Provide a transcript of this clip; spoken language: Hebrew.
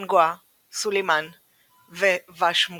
הטנגואה סולימאן ווושמגואר.